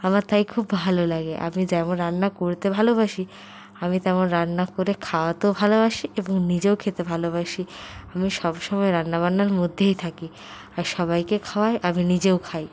আমার তাই খুব ভালো লাগে আমি যেমন রান্না করতে ভালোবাসি আমি তেমন রান্না করে খাওয়াতেও ভালোবাসি এবং নিজেও খেতে ভালোবাসি আমি সবসময় রান্না বান্নার মধ্যেই থাকি আর সবাইকে খাওয়াই আমি নিজেও খাই